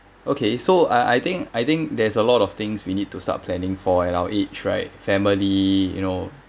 okay so I I think I think there's a lot of things we need to start planning for at our age right family you know